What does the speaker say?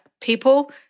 people